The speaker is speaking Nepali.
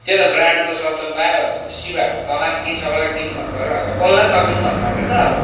त्यही त ब्राण्डको सस्तोमा पायो भनेर खुसी भएको त तँलाई पनि किन सबैलाई किन भन्नुपर्यो भनेको त कसैलाई पनि नकिन भन्नुपर्ने रहेछ अब